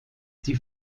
die